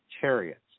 chariots